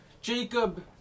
Jacob